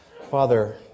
Father